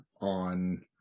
on